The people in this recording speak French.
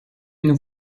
nous